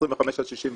25 עד 64,